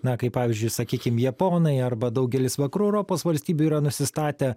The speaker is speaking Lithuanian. na kaip pavyzdžiui sakykim japonai arba daugelis vakarų europos valstybių yra nusistatę